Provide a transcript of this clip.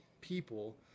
people